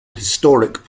historic